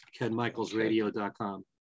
kenmichaelsradio.com